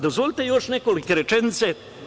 Dozvolite još nekoliko rečenica.